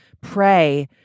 pray